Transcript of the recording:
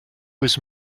was